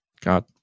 god